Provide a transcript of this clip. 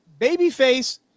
babyface